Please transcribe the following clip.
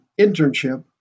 internship